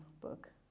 book